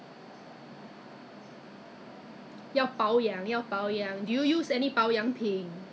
err deep deep moisturizer for body scrub eh not bad you know 我觉得真的很好 leh 就是你冲凉 hor